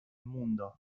mundo